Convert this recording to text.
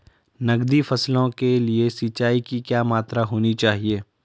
नकदी फसलों के लिए सिंचाई की क्या मात्रा होनी चाहिए?